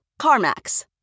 CarMax